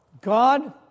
God